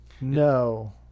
No